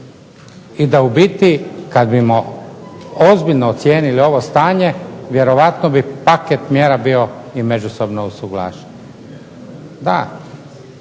i da u biti kad bismo ozbiljno ocijenili ovo stanje vjerojatno bi paket mjera bio i međusobno usuglašen. Da,